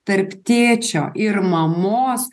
tarp tėčio ir mamos